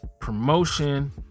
promotion